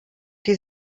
die